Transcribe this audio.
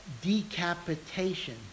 decapitation